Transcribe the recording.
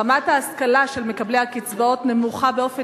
רמת ההשכלה של מקבלי הקצבאות נמוכה באופן